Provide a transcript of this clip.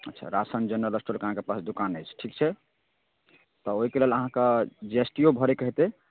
अच्छा ration general स्टोरके अहाँ पास दोकान अछि ठीक छै तऽ ओहिके लेल अहाँके जी एस टी ओ भरैके हेतै